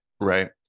Right